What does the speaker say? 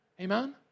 Amen